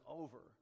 over